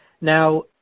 Now